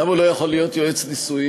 למה הוא לא יכול להיות יועץ נישואין?